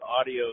audio